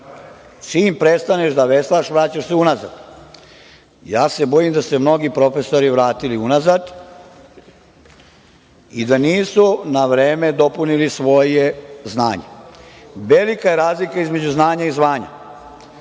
čim prestaneš da veslaš vraćaš se unazad. Ja se bojim da su se mnogi profesori vratili unazad i da nisu na vreme dopunili svoje znanje. Velika je razlika između znanja i zvanja,